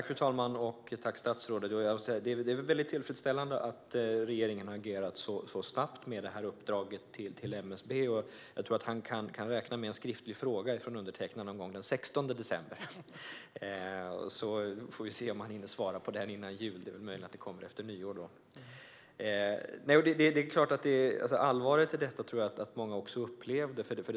Fru talman! Det är tillfredsställande att regeringen har agerat snabbt med uppdraget till MSB. Morgan Johansson kan räkna med en skriftlig fråga från undertecknad någon gång runt den 16 december. Vi får se om han hinner svara på den före jul. Det är väl möjligt att svaret kommer efter nyår. Jag tror att många upplevde allvaret i detta.